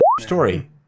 story